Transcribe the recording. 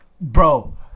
bro